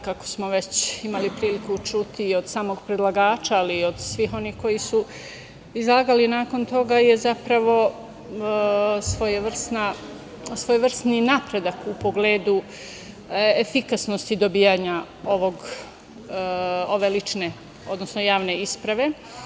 Kako smo već imali priliku čuti od samog predlagača, ali i od svih onih koji su izlagali, nakon toga je svojevrsni napredak u pogledu efikasnosti dobijanja ove javne isprave.